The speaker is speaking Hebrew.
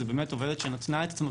זו באמת עובדת שנתנה את עצמה,